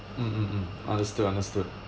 mm mm mm understood understood